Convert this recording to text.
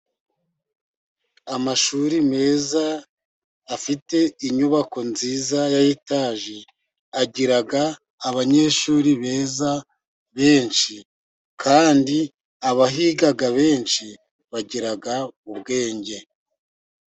Amashuri meza afite inyubako nziza ya etaje, agira abanyeshuri beza benshi, kandi abahiga benshi bagira ubwenge.